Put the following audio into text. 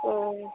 ओऽ